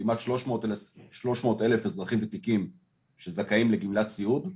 כמעט שלוש מאות אלף אזרחים ותיקים שזכאים לגמלת סיעוד.